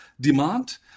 demand